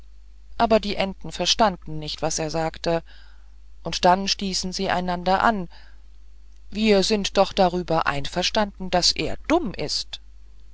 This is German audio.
aber die enten verstanden nicht was er sagte und dann stießen sie einander wir sind doch darüber einverstanden daß er dumm ist